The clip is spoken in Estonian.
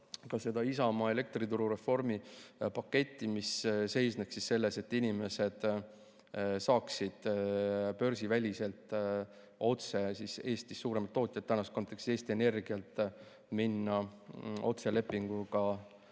ka Isamaa elektrituru reformi paketti, mis seisneks selles, et inimesed saaksid börsiväliselt otse Eesti suuremalt tootjalt, tänases kontekstis Eesti Energialt, minna otselepinguga